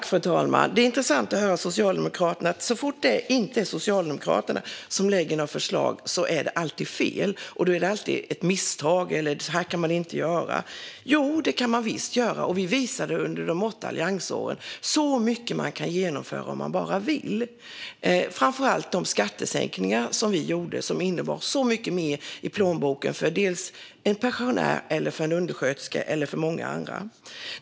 Fru talman! Det är intressant att höra Socialdemokraterna. Så fort det inte är Socialdemokraterna som lägger fram ett förslag är det fel, och då är det alltid ett misstag eller så säger de: "Så här kan man inte göra." Jo, det kan man visst. Vi visade under de åtta alliansåren hur mycket man kan genomföra om man bara vill. Det gäller framför allt de skattesänkningar som vi gjorde och som innebar mycket mer i plånboken för pensionärer, undersköterskor och många andra.